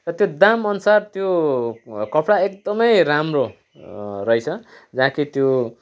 र त्यो दामअनुसार त्यो कपडा एकदमै राम्रो रहेछ जहाँ कि त्यो